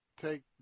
take